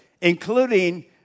including